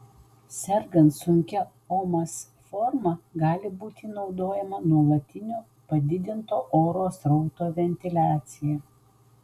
sergant sunkia omas forma gali būti naudojama nuolatinio padidinto oro srauto ventiliacija